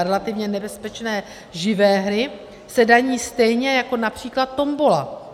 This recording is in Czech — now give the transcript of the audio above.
Relativně nebezpečné živé hry se daní stejně jako například tombola.